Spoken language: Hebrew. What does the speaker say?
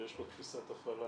שיש לו תפיסת החלה